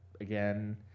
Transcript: again